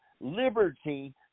Liberty